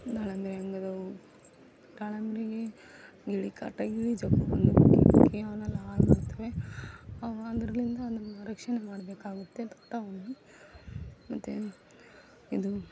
ದಾಳಿಂಬೆ ಹೆಂಗದಾವು ದಾಳಿಂಬೆಗೆ ಗಿಳಿ ಕಾಟ ಗಿಳಿ ಜಗ್ಗು ಬಂದು ಕುಕ್ಕಿ ಕುಕ್ಕಿ ಅವ್ನೆಲ್ಲ ಹಾಳು ಮಾಡ್ತವೆ ಅವು ಅದರಿಂದ ನಮ್ಮ ರಕ್ಷಣೆ ಮಾಡಬೇಕಾಗುತ್ತೆ ತೋಟವನ್ನು ಮತ್ತು ಇದು